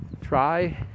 try